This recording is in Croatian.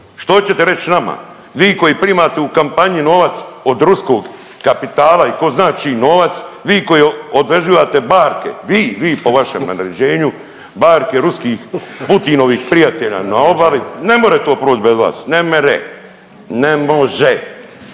Što hoćete reći nama vi koji primate u kampanji novac od ruskog kapitala i ko zna čiji novac, vi koji odvezivate barke, vi, vi po vašem naređenju, barke ruskih Putinovih prijatelja na obali. Ne more to proći bez vas, ne mere, ne može.